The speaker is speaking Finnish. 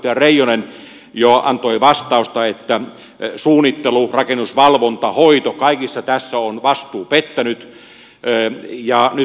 edustaja reijonen jo antoi vastausta että suunnittelussa rakennusvalvonnassa hoidossa kaikissa näissä on vastuu pettänyt